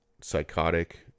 psychotic